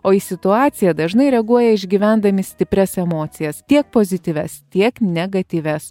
o į situaciją dažnai reaguoja išgyvendami stiprias emocijas tiek pozityvias tiek negatyvias